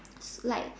like